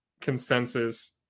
consensus